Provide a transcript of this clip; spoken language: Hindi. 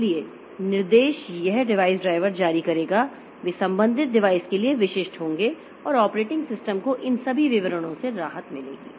इसलिए निर्देश यह डिवाइस ड्राइवर जारी करेगा वे संबंधित डिवाइस के लिए विशिष्ट होंगे और ऑपरेटिंग सिस्टम को इन सभी विवरणों से राहत मिलेगी